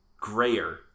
grayer